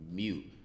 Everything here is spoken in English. mute